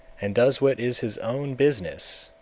and does what is his own business,